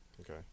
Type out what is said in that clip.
Okay